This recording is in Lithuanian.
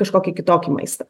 kažkokį kitokį maistą